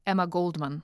emą goldman